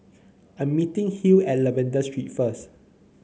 I'm meeting Hill at Lavender Street first